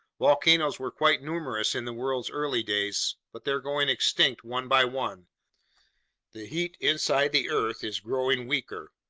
volcanoes were quite numerous in the world's early days, but they're going extinct one by one the heat inside the earth is growing weaker,